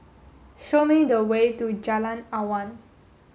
show me the way to Jalan Awan